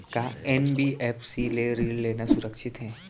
का एन.बी.एफ.सी ले ऋण लेना सुरक्षित हे?